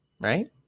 Right